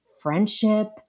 friendship